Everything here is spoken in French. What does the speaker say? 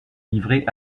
livrés